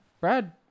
brad